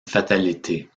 fatalité